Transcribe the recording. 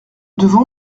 devons